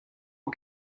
aux